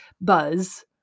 buzz